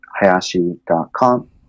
hayashi.com